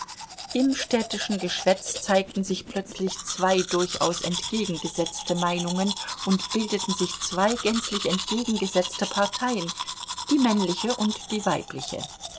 im städtischen geschwätz zeigten sich plötzlich zwei durchaus entgegengesetzte meinungen und bildeten sich zwei gänzlich entgegengesetzte parteien die männliche und die weibliche